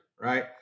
right